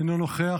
אינו נוכח,